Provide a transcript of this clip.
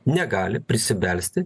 negali prisibelsti